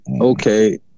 Okay